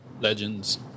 legends